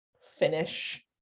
finish